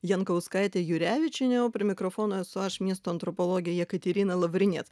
jankauskaitė jurevičienė o prie mikrofono esu aš miesto antropologė jekaterina lavrinec